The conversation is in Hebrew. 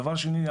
דבר שני,